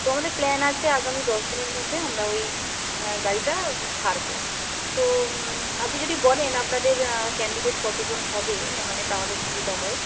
তো আমাদের প্ল্যান আছে আগামী দশদিনের মধ্যে আমরা ওই গাড়িটা ছাড়ব তো আপনি যদি বলেন আপনাদের ক্যান্ডিডেট কতজন হবে এ মানে তাহলে সুবিধা হয়